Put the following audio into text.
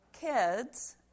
kids